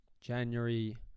January